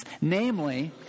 namely